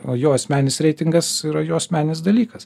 o jo asmeninis reitingas yra jo asmeninis dalykas